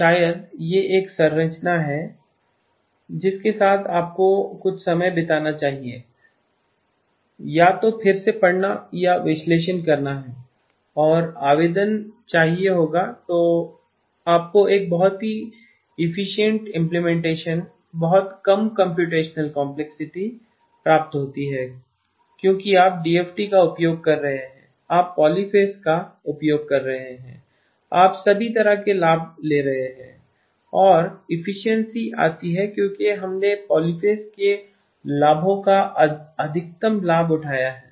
तो शायद यह एक संरचना है जिसके साथ आपको कुछ समय बिताना चाहिए या तो फिर से पढ़ना या विश्लेषण करना और आवेदन चाहिए होगा तो आपको एक बहुत ही इफिशीइंट इम्प्लीमेंटेशन बहुत कम कम्प्यूटेशनल कॉम्प्लेक्सिटी प्राप्त होती है क्योंकि आप डीएफटी का उपयोग कर रहे हैं आप पॉलिफ़ेज़ का उपयोग कर रहे हैं आप सभी तरह से लाभ ले रहे हैं और एफिशिएंसी आती है क्योंकि हमने पॉलीफ़ेज़ के लाभों का अधिकतम लाभ उठाया है